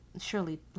surely